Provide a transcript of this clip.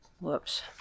whoops